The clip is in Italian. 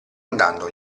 andando